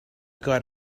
got